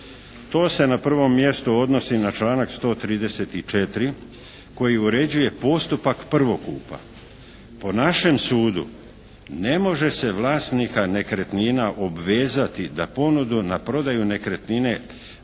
To se na prvom mjestu odnosi na članak 134. koji uređuje postupak prvokupa. Po našem sudu ne može se vlasnika nekretnina obvezati da ponudu na prodaju nekretnine